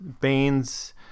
Baines